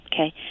okay